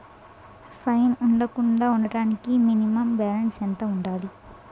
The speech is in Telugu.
ఫైన్ పడకుండా ఉండటానికి మినిమం బాలన్స్ ఎంత ఉండాలి?